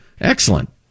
Excellent